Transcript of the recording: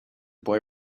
boy